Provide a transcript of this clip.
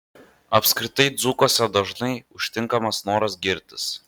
apskritai dzūkuose dažnai užtinkamas noras girtis